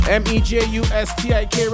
m-e-j-u-s-t-i-k